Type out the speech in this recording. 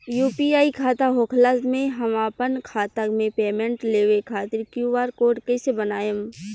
UPI खाता होखला मे हम आपन खाता मे पेमेंट लेवे खातिर क्यू.आर कोड कइसे बनाएम?